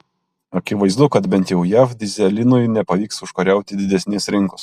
akivaizdu kad bent jau jav dyzelinui nepavyks užkariauti didesnės rinkos